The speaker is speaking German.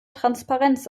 transparenz